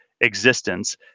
existence